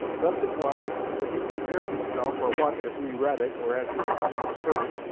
thus it was that he prepared himself for what, as we read it, or as his audience heard it,